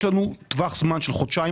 יש לנו טווח זמן של חודשיים,